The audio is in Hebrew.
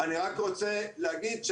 אני רק רוצה להגיד,